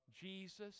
Jesus